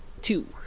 two